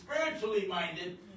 spiritually-minded